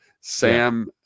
Sam